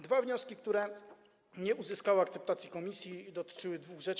Dwa wnioski, które nie uzyskały akceptacji komisji, dotyczyły dwóch rzeczy.